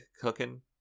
cooking